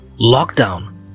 lockdown